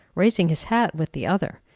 raising his hat with the other,